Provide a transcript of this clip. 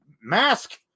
mask